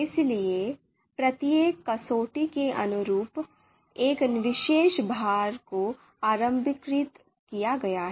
इसलिए प्रत्येक कसौटी के अनुरूप एक विशेष भार को आरंभीकृत किया गया है